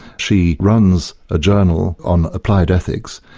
she runs a journal on applied ethics,